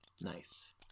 Nice